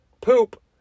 poop